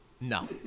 No